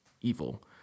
evil